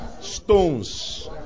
stones